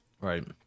Right